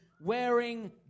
wearing